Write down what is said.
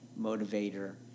motivator